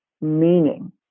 meaning